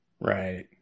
right